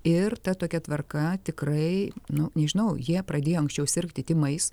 ir ta tokia tvarka tikrai nu nežinau jie pradėjo anksčiau sirgti tymais